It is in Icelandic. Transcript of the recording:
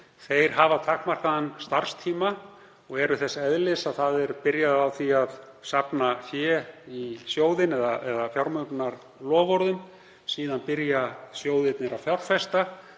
hafa takmarkaðan starfstíma og eru þess eðlis að það er byrjað á því að safna fé í sjóðinn eða fjármögnunarloforðum. Þá byrja sjóðirnir að fjárfesta